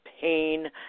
pain